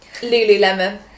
Lululemon